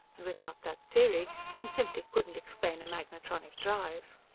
and without that theory one simply couldn't explain a magnetronic drive.